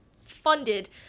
funded